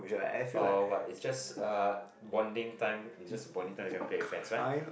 oh what is just uh bonding time just a bonding time you can play with friends right